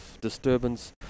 disturbance